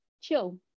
chill